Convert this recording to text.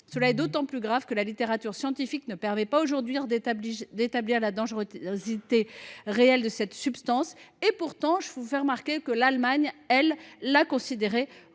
Cela est d’autant plus grave que la littérature scientifique ne permet pas, à date, d’établir la dangerosité réelle de cette substance. Pourtant, je vous fais remarquer que l’Allemagne la considère